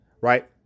right